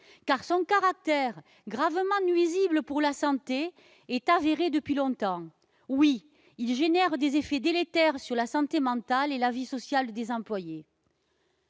Car son caractère gravement nuisible à la santé est avéré depuis longtemps : il engendre des effets délétères sur la santé mentale et la vie sociale des employés.